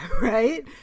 right